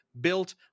built